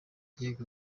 yego